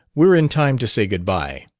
we're in time to say good-bye.